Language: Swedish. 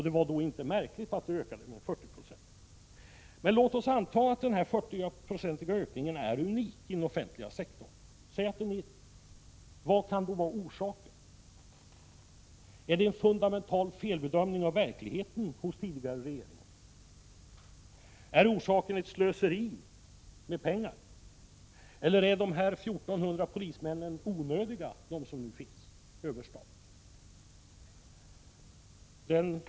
Det är därför inte märkligt att det har skett en 40-procentig ökning. Men låt oss anta att denna 40-procentiga ökning är unik i den offentliga sektorn. Vad kan då vara orsaken? Har tidigare regeringar gjort en fundamental felbedömning av verkligheten? Är orsaken ett slöseri med pengar? Är de 1 400 polismän som nu finns över stat onödiga?